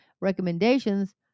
recommendations